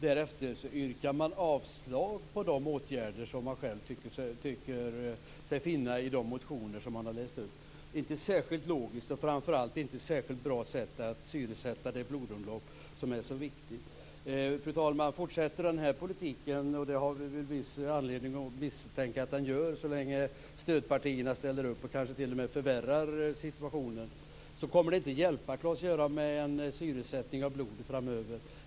Därefter yrkar ni avslag i fråga om de åtgärder som ni tycker er finna i dessa motioner. Det är inte särskilt logiskt, och det är framför allt inte ett särskilt bra sätt att syresätta det blodomlopp som är så viktigt. Fru talman! Fortsätter den här politiken, och det har vi väl viss anledning att misstänka att den gör så länge stödpartierna ställer upp och kanske t.o.m. förvärrar situationen, så kommer det inte att hjälpa med en syresättning av blodet framöver.